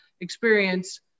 experience